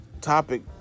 topic